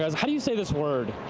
how do you say this word?